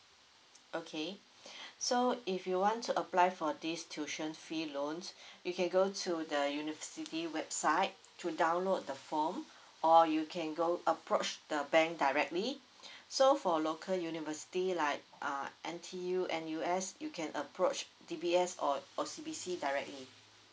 okay so if you want to apply for this tuition fee loans you can go to the university website to download the form or you can go approach the bank directly so for local university like uh N_T_U N_U_S you can approach D_B_S or O_C_B_C directly